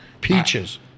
peaches